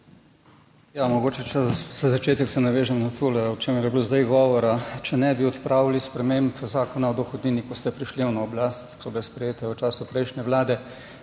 Ja, mogoče za začetek se navežem na to, o čemer je bilo zdaj govora. Če ne bi odpravili sprememb zakona o dohodnini, ko ste prišli na oblast, ki so bile sprejete v času prejšnje Vlade,